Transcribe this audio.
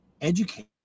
educate